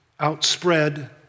outspread